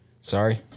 Sorry